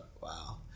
Wow